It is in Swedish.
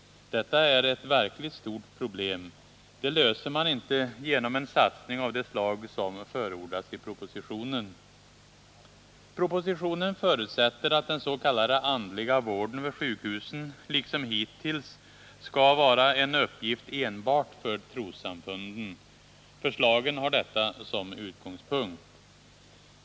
Detta är ett verkligt stort problem. Det löser man inte genom en satsning av det slag som förordas i propositionen. Propositionen förutsätter att den s.k. andliga vården vid sjukhusen liksom hittills skall vara en uppgift enbart för trossamfunden. Förslagen har detta som utgångspunkt.